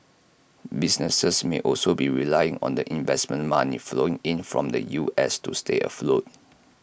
businesses may also be relying on the investment money flowing in from the U S to stay afloat